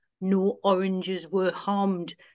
no-oranges-were-harmed